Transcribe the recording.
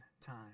time